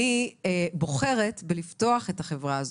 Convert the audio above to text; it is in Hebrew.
אני בוחרת בלפתוח את החברה הזאת,